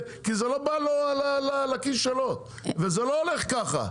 כי זה לא בא לו לכיס שלו וזה לא הולך ככה.